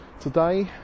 today